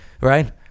right